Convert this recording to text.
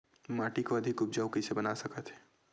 माटी को अधिक उपजाऊ कइसे बना सकत हे?